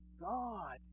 God